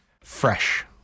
Fresh